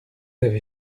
avez